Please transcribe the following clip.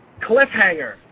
Cliffhanger